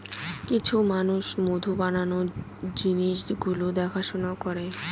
কিছু মানুষ মধু বানানোর জিনিস গুলো দেখাশোনা করে